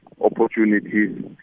opportunities